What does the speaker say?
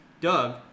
Doug